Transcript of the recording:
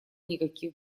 никаких